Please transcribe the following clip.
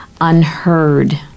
unheard